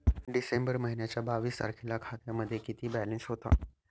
डिसेंबर महिन्याच्या बावीस तारखेला खात्यामध्ये किती बॅलन्स होता?